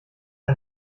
ein